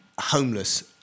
homeless